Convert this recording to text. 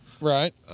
Right